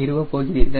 நிறுவப் போகிறீர்கள்